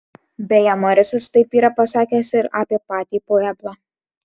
beje morisas taip yra pasakęs ir apie patį pueblą